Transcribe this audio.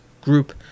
group